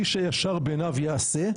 איש הישר בעיניו יעשה,